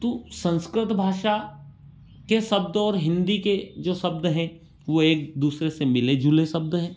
तो संस्कृत भाषा के शब्द और हिंदी के जो शब्द हैं वो एक दूसरे से मिले जुले शब्द हैं